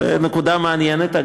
זו נקודה מעניינת.